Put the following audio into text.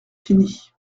fini